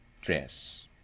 dress